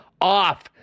off